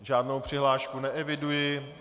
Žádnou přihlášku neeviduji.